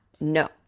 No